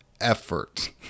effort